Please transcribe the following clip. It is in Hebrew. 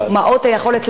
מעוט היכולת,